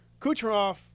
Kucherov